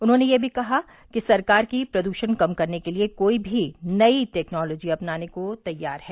उन्होंने यह भी कहा कि सरकार प्रदूषण कम करने के लिए कोई भी नई टेक्नोलॉजी अपनाने को तैयार है